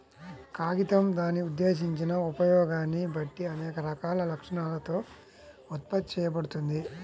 కాగితం దాని ఉద్దేశించిన ఉపయోగాన్ని బట్టి అనేక రకాల లక్షణాలతో ఉత్పత్తి చేయబడుతుంది